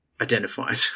identified